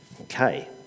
Okay